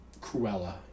Cruella